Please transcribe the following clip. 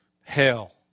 hell